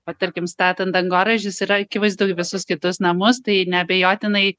vat tarkim statant dangoraižius yra akivaizdu visus kitus namus tai neabejotinai